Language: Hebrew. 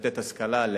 לתת השכלה,